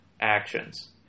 actions